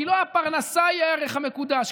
כי לא הפרנסה היא הערך המקודש,